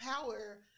power